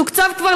תוקצב כבר,